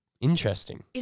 Interesting